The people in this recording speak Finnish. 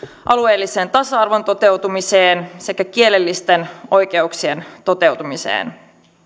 alueellisen tasa arvon toteutumiseen sekä kielellisten oikeuksien toteutumiseen